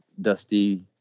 Dusty